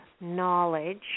knowledge